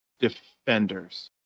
defenders